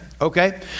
Okay